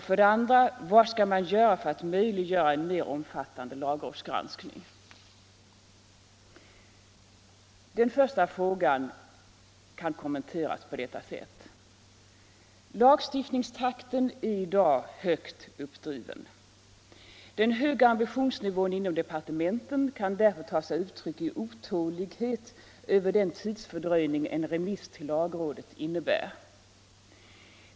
För det andra: Vad skall man göra för att möjliggöra en mer omfattande lagrådsgranskning? Den första frågan kan kommenteras på följande sätt: Lagstiftningstakten är i dag högt uppdriven. Den höga ambitionsnivån inom departementen kan därför ta sig uttryck i otålighet över den tidsfördröjning en remiss till lagrådet innebär.